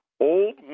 old